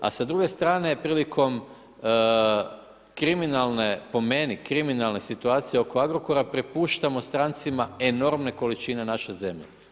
A s druge strane, prilikom kriminalne, po meni, kriminalne situacije oko Agrokora, prepuštamo strancima enormne količine naše zemlje.